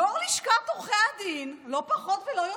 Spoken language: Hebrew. יו"ר לשכת עורכי הדין, לא פחות ולא יותר,